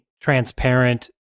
transparent